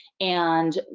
and,